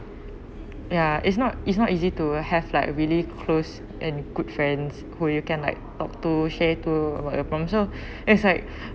ya it's not it's not easy to have like really close and good friends who you can like talk to share to whatever upon so it's like